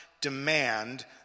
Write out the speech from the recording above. demand